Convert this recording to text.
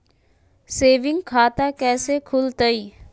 Saving खाता कैसे खुलतई?